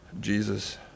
Jesus